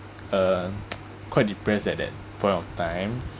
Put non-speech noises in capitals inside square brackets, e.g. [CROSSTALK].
uh [NOISE] quite depress at that point of time